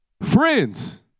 Friends